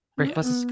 breakfast